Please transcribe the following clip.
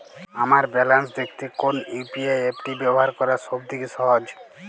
আমার ব্যালান্স দেখতে কোন ইউ.পি.আই অ্যাপটি ব্যবহার করা সব থেকে সহজ?